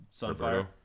sunfire